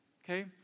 Okay